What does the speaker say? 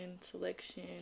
selection